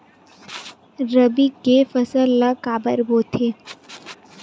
रबी के फसल ला काबर बोथे?